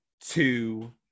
two